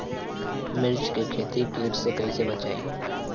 मिर्च के खेती कीट से कइसे बचाई?